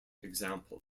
example